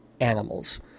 animals